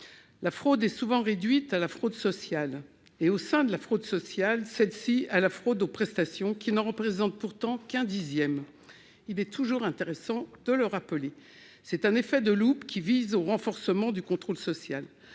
La fraude est souvent réduite à la fraude sociale et, au sein de celle-ci, à la fraude aux prestations, qui n'en représente pourtant qu'un dixième- il est toujours intéressant de le rappeler. Cet effet de loupe vise à renforcer le contrôle social.